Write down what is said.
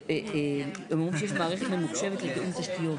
מאחר וכל נציג,